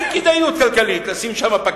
אין כדאיות כלכלית לשים שם פקיד.